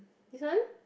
this one